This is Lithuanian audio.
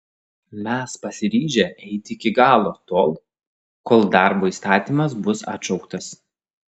mes pasiryžę eiti iki galo tol kol darbo įstatymas bus atšauktas